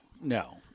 no